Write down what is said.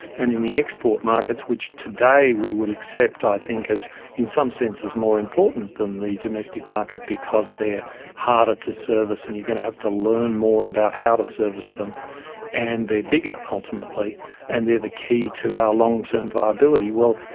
and in the export markets, which today we would accept i think as in some senses more important than the domestic market because they are harder to service and you're going to have to learn more about how to service them and they are bigger ultimately and they are the key to our long-term viability, well,